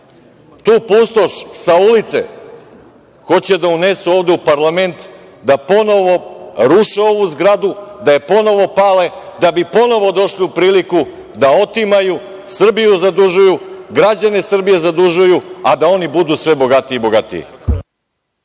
Tu pustoš sa ulice hoće da unesu ovde u parlament da ponovo ruše ovu zgradu, da je ponovo pale da bi ponovo došli u priliku da otimaju, Srbiju zadužuju, građane Srbije zadužuju, a da oni budu sve bogatiji i bogatiji.